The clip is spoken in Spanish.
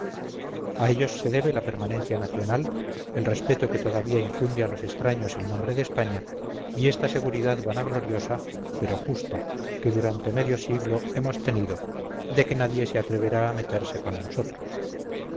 a ellos se debe la permanencia nacional el respeto que todavía infunde a los extraños el nombre de españa y esta seguridad vanagloriosa pero justa que durante medio siglo hemos tenido de que nadie se atreverá a meterse con nosotros